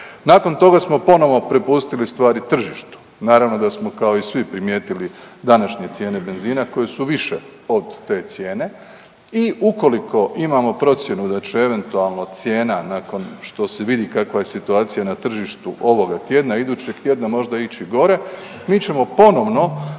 Nakon toga smo ponovno prepustili stvari tržištu. Naravno da smo kao i svi primijetili današnje cijene benzina koje su više od te cijene. I ukoliko imamo procjenu da će eventualno cijena nakon što se vidi kakva je situacija na tržištu ovoga tjedna, idućeg tjedna možda ići gore mi ćemo ponovno